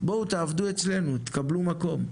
בואו תעבדו אצלנו ותקבלו מקום.